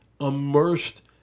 immersed